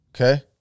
Okay